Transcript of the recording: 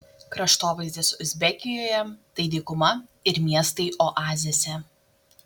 kraštovaizdis uzbekijoje tai dykuma ir miestai oazėse